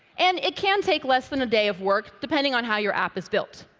and it can take less than a day of work, depending on how your app is built.